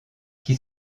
qui